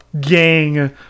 gang